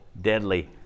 deadly